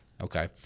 Okay